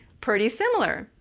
pretty similar.